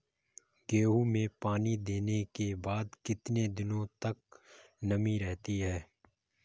गेहूँ में पानी देने के बाद कितने दिनो तक नमी रहती है?